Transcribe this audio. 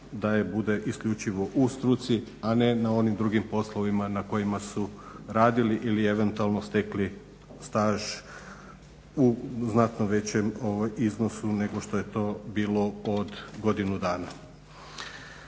da bude isključivo u struci, a ne na onim drugim poslovima na kojima su ili eventualno stekli staž u znatno većem iznosu nego što je to bilo od godinu dana.